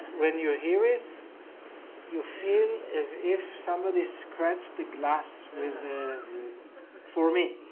when you hear it you feel as if somebody scratched the glass with for me.